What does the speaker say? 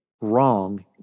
wrong